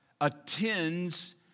attends